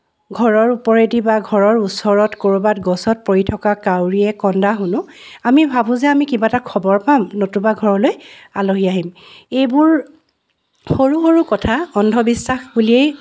ঘৰৰ ওপৰেদি বা ঘৰৰ ওচৰত ক'ৰবাত গছত পৰি থকা কাউৰীয়ে কন্দা শুনো আমি ভাবোঁ যে আমি কিবা এটা খবৰ পাম নতুবা ঘৰলে আলহী আহিল এইবোৰ সৰু সৰু কথা অন্ধবিশ্বাস বুলিয়েই